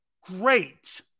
great